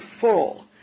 full